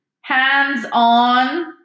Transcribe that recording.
Hands-on